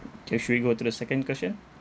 kay should we go to the second question